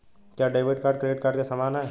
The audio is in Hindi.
क्या डेबिट कार्ड क्रेडिट कार्ड के समान है?